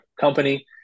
company